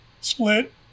split